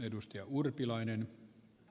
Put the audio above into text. arvoisa puhemies